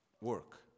work